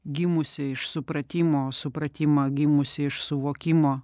gimusį iš supratimo supratimą gimusį iš suvokimo